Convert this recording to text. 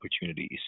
opportunities